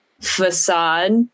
facade